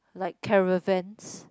like caravans